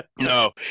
No